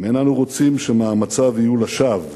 אם אין אנו רוצים שמאמציו יהיו לשווא,